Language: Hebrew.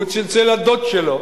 הוא צלצל לדוד שלו,